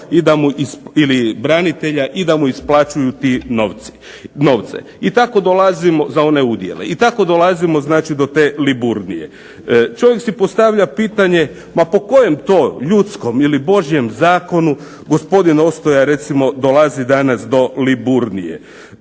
i da mu isplaćuju te novce za one udjele. I tako dolazimo, znači do te Liburnije. Čovjek si postavlja pitanje ma po kojem to ljudskom ili božjem zakonu gospodin Ostoja recimo dolazi danas do Liburnije.